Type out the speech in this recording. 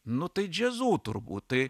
nu tai jazzu turbūt tai